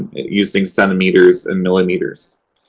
using centimeters and millimeters.